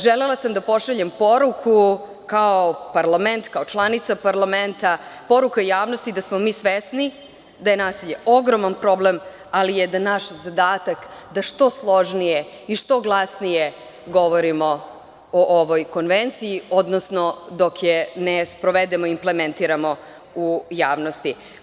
Želela sam da pošaljem poruku kao parlament, kao članica parlamenta, poruku javnosti da smo mi svesni da je nasilje ogroman problem, ali da je naš zadatak da što složnije i što glasnije govorimo o ovoj konvenciji, odnosno dok je ne sprovedemo i ne implementiramo u javnosti.